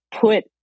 put